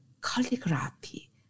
calligraphy